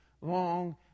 long